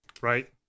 right